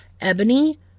ebony